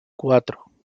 cuatro